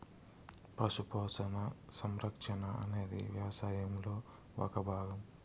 పశు పోషణ, సంరక్షణ అనేది వ్యవసాయంలో ఒక భాగం